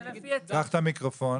בבקשה.